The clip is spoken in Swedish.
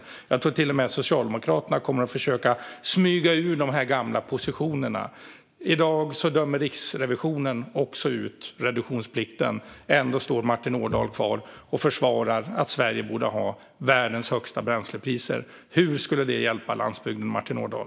Jag tror att till och med Socialdemokraterna kommer att försöka smyga ur de gamla positionerna. I dag dömde även Riksrevisionen ut reduktionsplikten. Ändå står Martin Ådahl kvar och försvarar att Sverige borde ha världens högsta bränslepriser. Hur skulle det hjälpa landsbygden, Martin Ådahl?